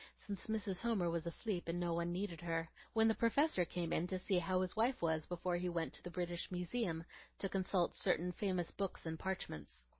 since mrs. homer was asleep and no one needed her, when the professor came in to see how his wife was before he went to the british museum to consult certain famous books and parchments.